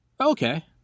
okay